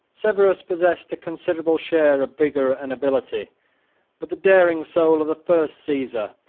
severus possessed a considerable share of vigor and ability but the daring soul of the first caesar,